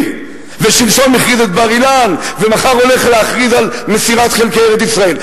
ושלשום הכריז את בר-אילן ומחר הולך להכריז על מסירת חלקי ארץ-ישראל.